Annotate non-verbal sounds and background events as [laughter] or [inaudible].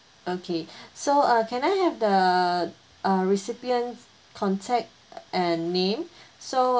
okay [breath] so uh can I have the uh recipient's contact and name so